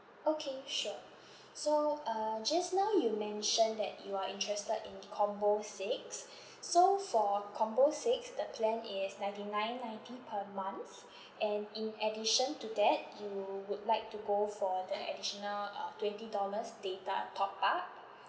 okay sure so uh just now you mentioned that you are interested in combo six so for combo six the plan is ninety nine ninety per month and in addition to that you would like to go for the additional uh twenty dollars data top-up